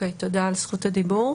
תודה על זכות הדיבור.